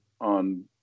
on